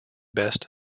best